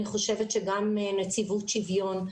אני חושבת שגם נציבות שוויון,